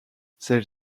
celle